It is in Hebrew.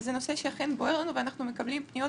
זה נושא שאכן בוער לנו ואנחנו מקבלים פניות